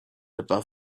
above